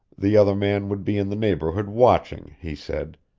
the other man would be in the neighborhood watching, he said,